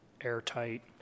airtight